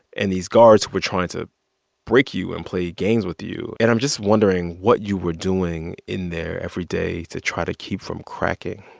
and these guards were trying to break you and play games with you. and i'm just wondering what you were doing in there every day to try to keep from cracking